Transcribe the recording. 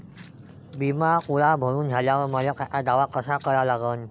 बिमा पुरा भरून झाल्यावर मले त्याचा दावा कसा करा लागन?